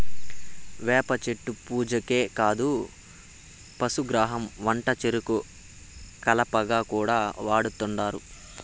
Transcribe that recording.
వేప చెట్టు పూజకే కాదు పశుగ్రాసం వంటచెరుకు కలపగా కూడా వాడుతుంటారు